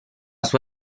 sua